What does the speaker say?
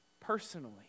personally